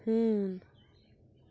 ہوٗن